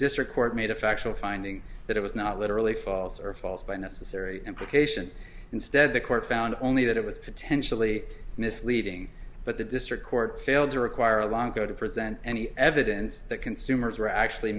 district court made a factual finding that it was not literally false or false by necessary implication instead the court found only that it was potentially misleading but the district court failed to require a long go to present any evidence that consumers were actually